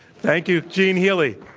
thank you. gene healy.